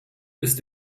ist